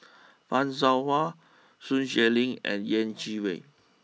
Fan Shao Hua Sun Xueling and Yeh Chi Wei